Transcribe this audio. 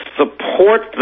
support